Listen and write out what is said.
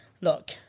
look